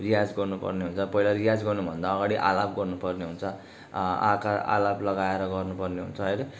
रियाज गर्नुपर्ने हुन्छ पहिला रियाज गर्नुभन्दा अगाडि आलाप गर्नुपर्ने हुन्छ आकार आलाप लगाएर गर्नुपर्ने हुन्छ होइन